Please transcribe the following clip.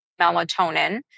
melatonin